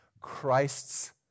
Christ's